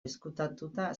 ezkutatuta